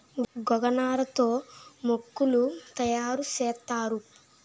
గోగనార తో మోకులు తయారు సేత్తారు